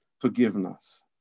forgiveness